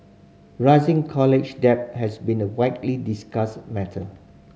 rising college debt has been a widely discussed matter